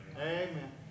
Amen